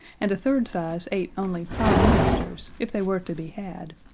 and a third size ate only prime ministers if they were to be had,